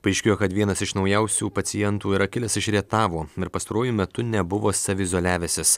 paaiškėjo kad vienas iš naujausių pacientų yra kilęs iš rietavo ir pastaruoju metu nebuvo saviizoliavęsis